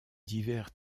divers